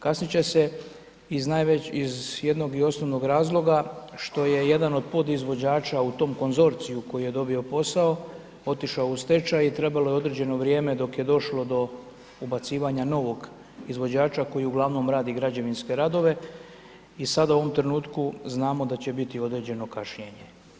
Kasnit će se iz najvećeg, iz jednog i osnovnog razloga što je jedan od podizvođača u tom konzorciju koji je dobio posao otišao u stečaj i trebalo je određeno vrijeme dok je došlo do ubacivanja novog izvođača koji uglavnom radi građevinske radove i sad u ovom trenutku znamo da će biti određeno kašnjenje.